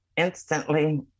Instantly